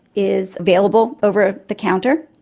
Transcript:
is available over the counter,